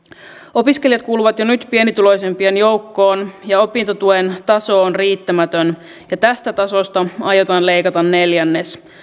opiskelijat kuuluvat jo nyt pienituloisimpien joukkoon ja opintotuen taso on riittämätön ja tästä tasosta aiotaan leikata neljännes